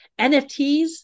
nfts